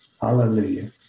Hallelujah